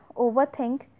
overthink